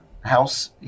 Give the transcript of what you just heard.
house